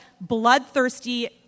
bloodthirsty